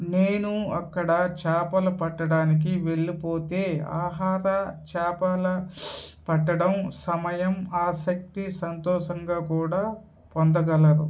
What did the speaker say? నేను అక్కడ చేపలు పట్టడానికి వెళ్ళిపోతే ఆహార చేపల పట్టడం సమయం ఆసక్తి సంతోషంగా కూడా పొందగలరు